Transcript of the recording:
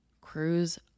cruise